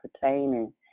pertaining